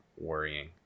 worrying